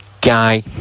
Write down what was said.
Guy